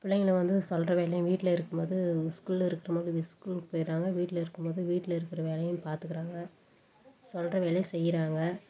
பிள்ளைங்களை வந்து சொல்கிற வேலையும் வீட்டில் இருக்கும் போது ஸ்கூல் இருக்கும் போது ஸ்கூலுக்கு போயிடறாங்க வீட்டில் இருக்கும் போது வீட்டில் இருக்கிற வேலையும் பார்த்துக்கிறாங்க சொல்கிற வேலையை செய்கிறாங்க